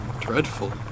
Dreadful